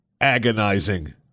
agonizing